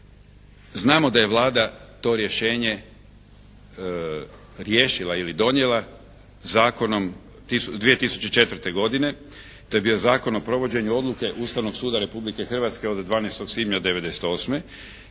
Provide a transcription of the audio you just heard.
Znamo da je Vlada to rješenje riješila ili donijela zakonom 2004. godine. To je bio Zakon o provođenju odluke Ustavnog suda Republike Hrvatske od 12.